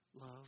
love